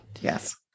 yes